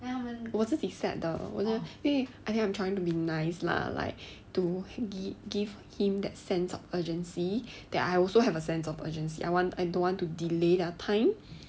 我自己 set 的因为 I think I'm trying to be nice lah like to give him that sense of urgency that I also have a sense of urgency I want I don't want to delay their time